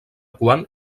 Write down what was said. quan